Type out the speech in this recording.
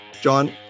John